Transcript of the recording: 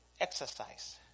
exercise